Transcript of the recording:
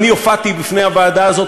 אני הופעתי בפני הוועדה הזאת,